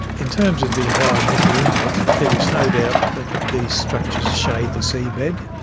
in terms of the environmental impact, there is no doubt that these structures shade the seabed.